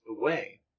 away